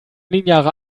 linearer